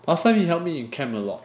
last time he help me in chem a lot